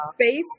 space